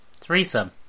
Threesome